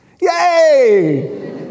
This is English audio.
Yay